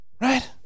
right